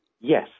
Yes